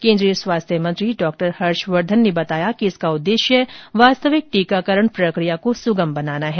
केन्द्रीय स्वास्थ्य मंत्री डॉ हर्षवर्धन ने बताया कि इसका उद्देश्य वास्तविक टीकाकरण प्रकिया को सुगम बनाना है